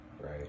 right